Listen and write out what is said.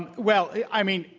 and well, i mean,